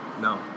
No